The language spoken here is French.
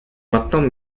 maintenant